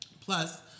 Plus